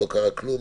לא קרה כלום,